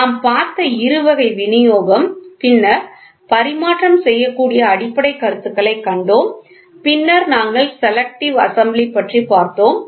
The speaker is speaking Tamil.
நாம் பார்த்த இருவகை விநியோகம் பின்னர் பரிமாற்றம் செய்யக்கூடிய அடிப்படை கருத்துகளைக் கண்டோம் பின்னர் நாங்கள் செலக்டிவ் அசெம்பிளி பற்றி பார்த்தோம்